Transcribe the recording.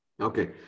Okay